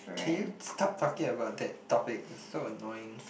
can you stop talking about that topic it's so annoying